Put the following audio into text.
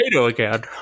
again